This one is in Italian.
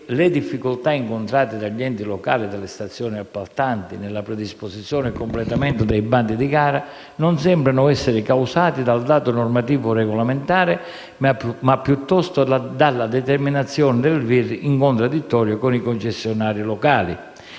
le difficoltà incontrate dagli enti locali e dalle stazioni appaltanti nella predisposizione e nel completamento dei bandi di gara sembrano essere causate non da un dato normativo regolamentare, ma piuttosto dalla determinazione del VIR in contraddittorio con i concessionari locali.